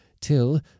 till